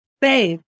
babe